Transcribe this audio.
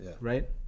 right